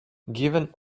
given